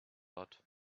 lot